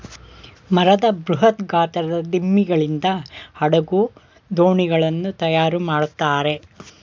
ಮರದ ಬೃಹತ್ ಗಾತ್ರದ ದಿಮ್ಮಿಗಳಿಂದ ಹಡಗು, ದೋಣಿಗಳನ್ನು ತಯಾರು ಮಾಡುತ್ತಾರೆ